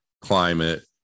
climate